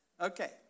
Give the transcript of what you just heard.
Okay